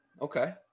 Okay